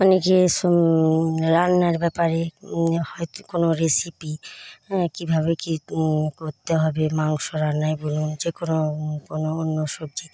অনেকে রান্নার ব্যাপারে হয়ত কোনো রেসেপি হ্যাঁ কীভাবে কী করতে হবে মাংস রান্নায় বলুন যেকোনো কোনো অন্য সবজি